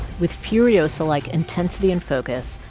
with furiosa-like intensity and focus,